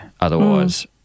Otherwise